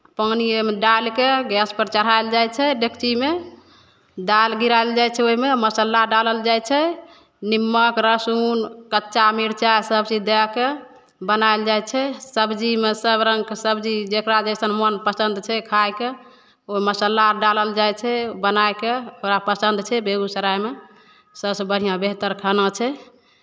पानि ओहिमे डालि कऽ गैसपर चढ़ायल जाइ छै डेकचीमे दालि गिरायल जाइ छै ओहिमे मसाला डालल जाइ छै निमक लहसुन कच्चा मिरचा सभचीज दए कऽ बनायल जाइ छै सबजीमे सभ रङ्गके सबजी जकरा जइसन मोन पसन्द छै खाइके ओ मसाला डालल जाइ छै बनाए कऽ ओकरा पसन्द छै बेगूसरायमे सभसँ बढ़िआँ बेहतर खाना छै